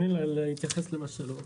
בבקשה.